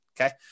okay